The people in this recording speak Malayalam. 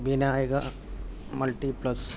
വിനായക മൾട്ടിപ്ലെക്സ്